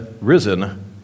risen